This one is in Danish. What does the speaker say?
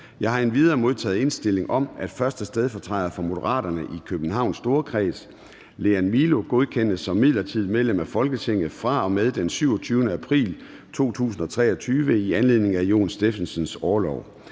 Jeg har endvidere modtaget indstilling om, at 1. stedfortræder for Moderaterne i Københavns Storkreds, Lean Milo, godkendes som midlertidigt medlem af Folketinget fra og med den 27. april 2023 i anledning af Jon Stephensens orlov.